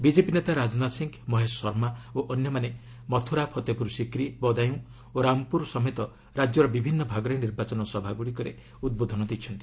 BJP ନେତା ରାଜନାଥ ସିଂ ମହେଶ ଶର୍ମା ଓ ଅନ୍ୟମାନେ ମଥୁରା ଫତେପୁର ସିକ୍ରି ବଦାୟୁଁ ଓ ରାମପୁର ସମେତ ରାଜ୍ୟର ବିଭିନ୍ନ ଭାଗରେ ନିର୍ବାଚନ ସଭାଗୁଡ଼ିକରେ ଉଦ୍ବୋଧନ ଦେଇଛନ୍ତି